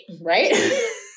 right